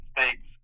States